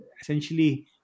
essentially